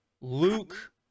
Luke